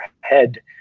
head